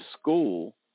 school